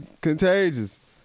contagious